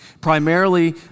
primarily